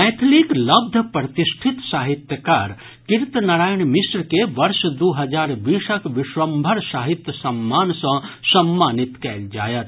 मैथिलीक लब्ध प्रतिष्ठित साहित्यकार कीर्ति नारायण मिश्र के वर्ष दू हजार बीसक विश्वम्भर साहित्य सम्मान सॅ सम्मानित कयल जायत